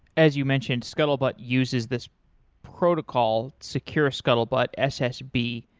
as you mentioned, scuttlebutt uses this protocol secure scuttlebutt, ssb,